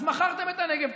אז מכרתם את הנגב.